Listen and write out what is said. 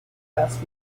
rest